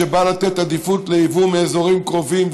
שבא לתת עדיפות ליבוא מאזורים קרובים,